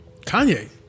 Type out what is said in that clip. Kanye